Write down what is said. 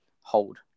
hold